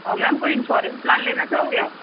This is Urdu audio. آ میم کوئی انشورنس پلان لینا چاہو گے آپ